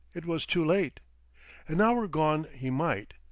it was too late an hour gone he might,